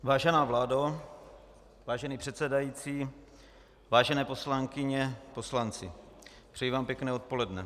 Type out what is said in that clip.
Vážená vládo, vážený předsedající, vážené poslankyně, poslanci, přeji vám pěkné odpoledne.